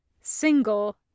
single